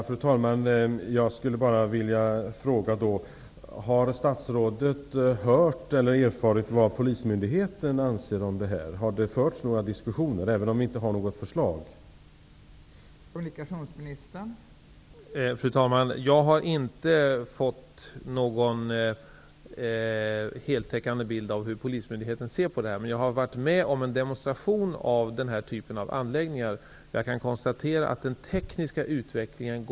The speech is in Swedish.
Fru talman! Har statsrådet hört eller på annat sätt erfarit vad polismyndigheten anser om det här? Även om det inte finns några förslag, undrar jag om det har förts några diskussioner.